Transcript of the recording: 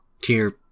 Tier